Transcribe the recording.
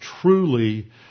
truly